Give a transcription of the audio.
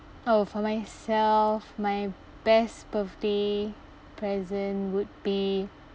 oh for myself my best birthday present would be